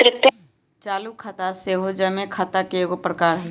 चालू खता सेहो जमें खता के एगो प्रकार हइ